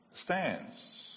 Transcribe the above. stands